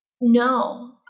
no